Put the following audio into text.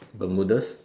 bermudas